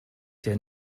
der